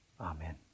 Amen